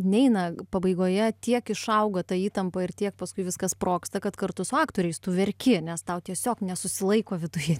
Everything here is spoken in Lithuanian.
neina pabaigoje tiek išaugo ta įtampa ir tiek paskui viskas sprogsta kad kartu su aktoriais tu verki nes tau tiesiog nesusilaiko viduj